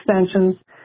extensions